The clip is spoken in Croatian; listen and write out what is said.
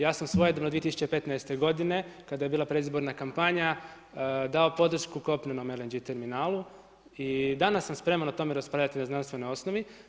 Ja sam svojedobno 2015. godine kada je bila predizborna kampanja dao podršku kopnenom LNG terminalu i danas sam spreman o tome raspravljati na znanstvenoj osnovi.